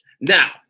Now